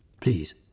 Please